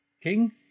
king